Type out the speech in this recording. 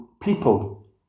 people